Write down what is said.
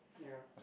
ya